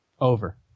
Over